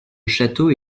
château